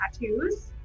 tattoos